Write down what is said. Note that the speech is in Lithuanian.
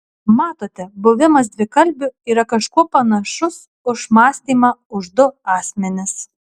matote buvimas dvikalbiu yra kažkuo panašus už mąstymą už du asmenis